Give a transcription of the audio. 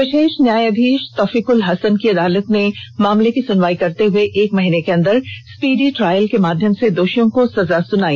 विषेष न्यायाधीष तौफीकल हसन की अदालत ने मामले की सुनवाई करते हुए एक माह के अंदर स्पीडी ट्राईल के माध्यम से दोषियों को सजा सुनाई